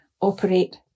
operate